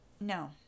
No